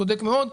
הוא צודק מאוד.